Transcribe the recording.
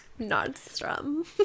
Nordstrom